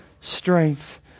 strength